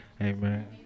Amen